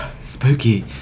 Spooky